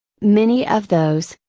many of those,